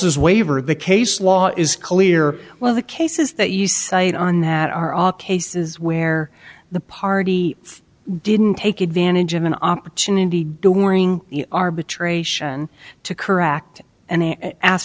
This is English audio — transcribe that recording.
as waiver of the case law is clear well the cases that you cite on that are all cases where the party didn't take advantage of an opportunity during arbitration to correct and ask